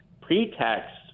pretext